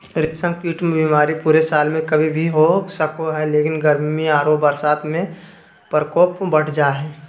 रेशम कीट मे बीमारी पूरे साल में कभी भी हो सको हई, लेकिन गर्मी आरो बरसात में प्रकोप बढ़ जा हई